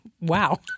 wow